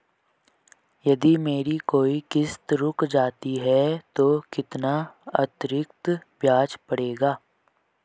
यदि मेरी कोई किश्त रुक जाती है तो कितना अतरिक्त ब्याज पड़ेगा?